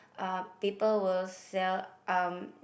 uh people will sell um